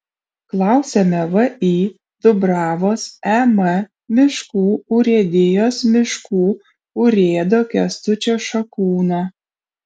klausiame vį dubravos em miškų urėdijos miškų urėdo kęstučio šakūno